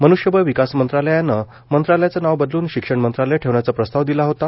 मनृष्यबळ विकास मंत्रालयानं मंत्रालयाचं नाव बदलून शिक्षण मंत्रालय ठेवण्याचा प्रस्ताव दिला होता